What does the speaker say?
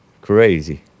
Crazy